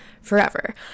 Forever